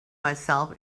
myself